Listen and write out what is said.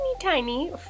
tiny